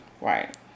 Right